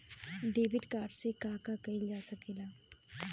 Debit card से का का कइल जा सके ला?